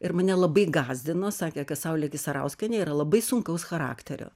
ir mane labai gąsdino sakė kad saulė kisarauskienė yra labai sunkaus charakterio